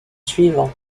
suivant